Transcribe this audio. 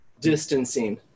distancing